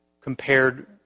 compared